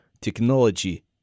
technology